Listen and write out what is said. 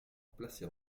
placer